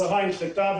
השרה הנחתה,